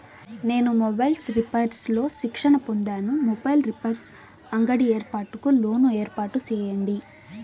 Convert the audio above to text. నేను mobiles repairs లో శిక్షణ పొందాను, మొబైల్ రిపైర్స్ అంగడి ఏర్పాటుకు లోను ఏర్పాటు సేయండి?